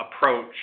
approach